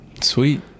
Sweet